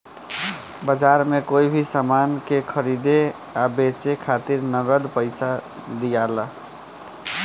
बाजार में कोई भी सामान के खरीदे आ बेचे खातिर नगद पइसा दियाला